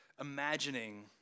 imagining